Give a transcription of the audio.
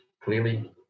clearly